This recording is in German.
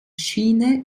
schiene